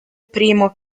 primo